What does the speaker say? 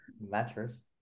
mattress